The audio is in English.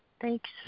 Thanks